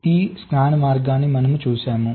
ఈ స్కాన్ మార్గాన్ని మనము చూశాము